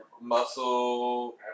Muscle